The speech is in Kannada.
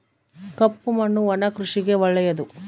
ಕಪ್ಪು ಮಣ್ಣು ಒಣ ಕೃಷಿಗೆ ಒಳ್ಳೆಯದು